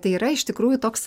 tai yra iš tikrųjų toks